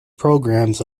programmes